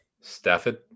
stafford